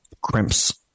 crimps